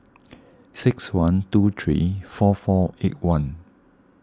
six one two three four four eight one